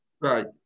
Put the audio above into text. Right